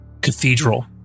cathedral